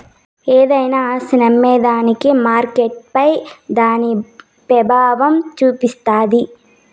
ఏదైనా ఆస్తిని అమ్మేదానికి మార్కెట్పై దాని పెబావం సూపిస్తాది